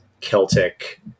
Celtic